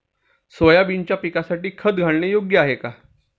सोयाबीनच्या पिकासाठी खत घालणे योग्य आहे का?